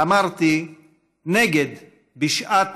נצר חזני, שעלה על הקרקע היום לפני